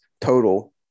total